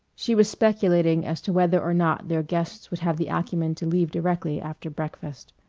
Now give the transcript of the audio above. she was speculating as to whether or not their guests would have the acumen to leave directly after breakfast.